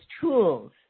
tools